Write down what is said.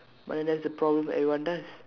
but then that's the problem everyone does